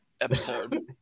episode